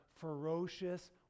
ferocious